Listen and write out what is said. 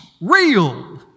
real